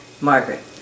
Margaret